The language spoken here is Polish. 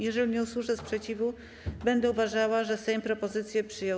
Jeżeli nie usłyszę sprzeciwu, będę uważała, że Sejm propozycję przyjął.